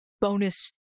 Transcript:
bonus